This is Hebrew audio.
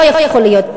לא יכול להיות,